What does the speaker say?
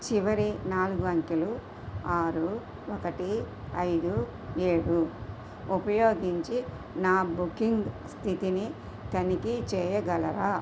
చివరి నాలుగు అంకెలు ఆరు ఒకటి ఐదు ఏడు ఉపయోగించి నా బుకింగ్ స్థితిని తనిఖీ చెయ్యగలరా